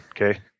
okay